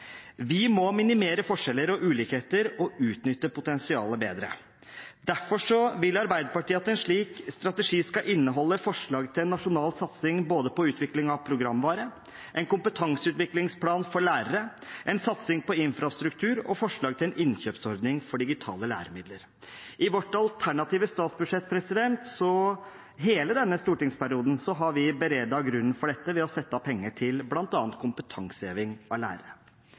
Vi må minimere forskjeller og ulikheter og utnytte potensialet bedre. Derfor vil Arbeiderpartiet at en slik strategi skal inneholde forslag til en nasjonal satsing på både utvikling av programvare, en kompetanseutviklingsplan for lærere, en satsing på infrastruktur og forslag til en innkjøpsordning for digitale læremidler. Når det gjelder vårt alternative statsbudsjett, har vi i hele denne stortingsperioden beredt grunnen for dette ved å sette av penger til bl.a. kompetanseheving av lærere.